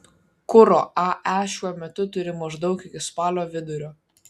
kuro ae šiuo metu turi maždaug iki spalio vidurio